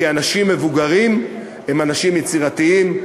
כי אנשים מבוגרים הם אנשים יצירתיים.